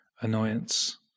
annoyance